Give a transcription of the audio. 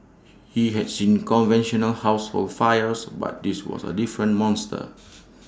he had seen conventional household fires but this was A different monster